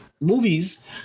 Movies